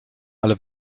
ale